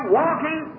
walking